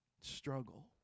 Struggle